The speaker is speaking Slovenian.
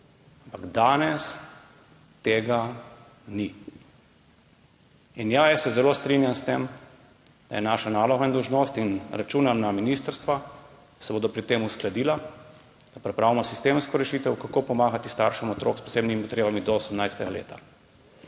ampak danes tega ni. Jaz se zelo strinjam s tem, da je naša naloga in dolžnost in računam na ministrstva, da se bodo pri tem uskladila, da pripravimo sistemsko rešitev, kako pomagati staršem otrok s posebnimi potrebami do 18. leta.